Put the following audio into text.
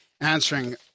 answering